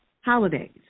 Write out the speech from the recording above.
holidays